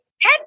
Head